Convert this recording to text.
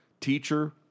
teacher